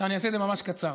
אני אעשה את זה ממש קצר.